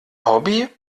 hobby